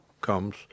comes